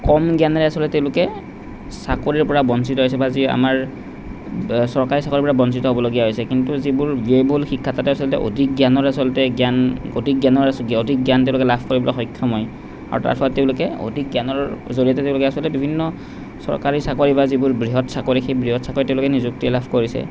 কম জ্ঞানেৰে আচলতে তেওঁলোকে চাকৰিৰ পৰা বঞ্চিত হৈছে বা যি আমাৰ চৰকাৰী চাকৰিৰ পৰা বঞ্চিত হ'বলগীয়া হৈছে কিন্তু যিবোৰ ব্যয়বহুল শিক্ষা তাতে আচলতে অধিক জ্ঞানৰ আচলতে জ্ঞান অধিক জ্ঞানৰ অধিক জ্ঞান তেওঁলোকে লাভ কৰিবলৈ সক্ষম হয় আৰু তাৰ ফলত তেওঁলোকে অধিক জ্ঞানৰ জৰিয়তে তেওঁলোকে আচলতে বিভিন্ন চৰকাৰী চাকৰি বা যিবোৰ বৃহৎ চাকৰি সেই বৃহৎ চাকৰিত তেওঁলোকে নিযুক্তি লাভ কৰিছে